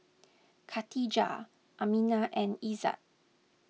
Khadija Aminah and Izzat